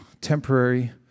temporary